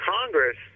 Congress